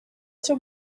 cyo